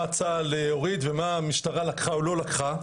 צה"ל הוריד ומה המשטרה לקחה או לא לקחה,